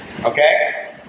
okay